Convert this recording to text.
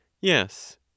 yes